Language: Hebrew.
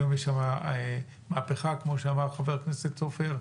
היום יש שם מהפכה, כמו שאמר חבר הכנסת סופר.